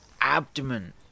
abdomen